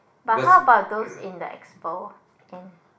but how about those in the Expo and